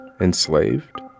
enslaved